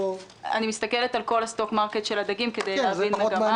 אני מסתכלת על כל הסטוק מרקט של הדגים כדי להבין את המגמה.